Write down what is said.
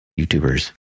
YouTubers